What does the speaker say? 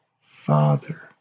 father